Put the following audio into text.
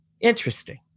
interesting